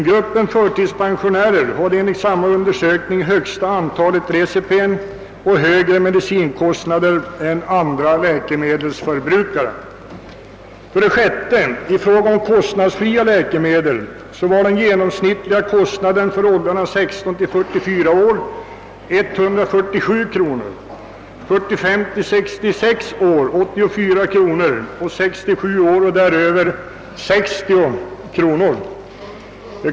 Gruppen förtidspensionärer hade enligt samma undersökning det högsta antalet recipen och högre medicinkostnader än andra läkemedelsförbrukare. I fråga om prisnedsatta läkemedel var den genomsnittliga kostnaden för åldrarna 16—44 år 147 kronor, för gruppen 45—66 år 84 kronor och för personer i åldern 67 år och däröver 60 kronor.